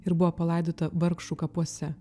ir buvo palaidota vargšų kapuose